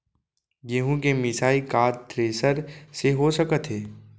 गेहूँ के मिसाई का थ्रेसर से हो सकत हे?